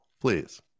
please